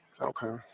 Okay